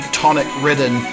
tonic-ridden